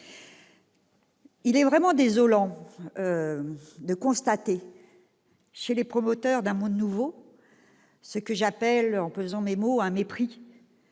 Il est vraiment désolant de constater, chez les promoteurs d'un monde nouveau, ce que j'appelle, en pesant mes mots, un mépris